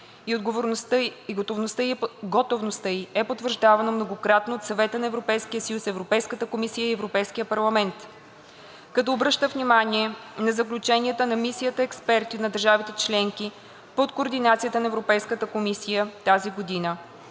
още през 2011 г. и готовността ѝ е потвърждавана многократно от Съвета на Европейския съюз, Европейската комисия и Европейския парламент; - като обръща внимание на заключенията на мисията експерти на държавите членки под координация на Европейската комисия тази година,